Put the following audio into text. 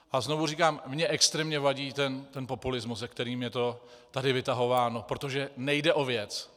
A znovu říkám, mně extrémně vadí ten populismus, se kterým je to tady vytahováno, protože nejde o věc.